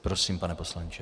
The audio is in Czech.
Prosím, pane poslanče.